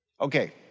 Okay